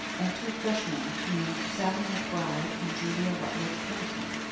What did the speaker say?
and two freshmen named sallie mcbride and julia rutledge pendleton.